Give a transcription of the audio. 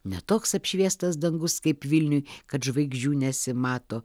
ne toks apšviestas dangus kaip vilniuj kad žvaigždžių nesimato